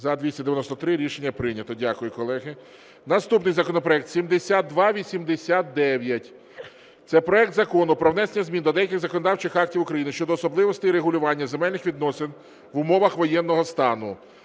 За-293 Рішення прийнято. Дякую, колеги. Наступний законопроект 7289, це проект Закону про внесення змін до деяких законодавчих актів України щодо особливостей регулювання земельних відносин в умовах воєнного стану.